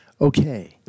Okay